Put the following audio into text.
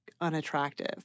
unattractive